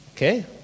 Okay